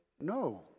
no